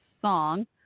song